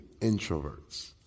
introverts